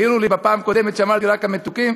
העירו לי בפעם הקודמת שאמרתי רק המתוקים,